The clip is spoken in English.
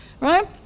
right